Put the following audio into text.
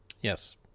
Yes